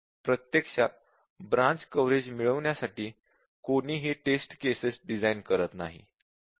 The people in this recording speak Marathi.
प्रत्यक्षात ब्रांच कव्हरेज मिळविण्यासाठी कोणीही टेस्ट केसेस डिझाईन करत नाही